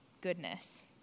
goodness